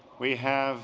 we have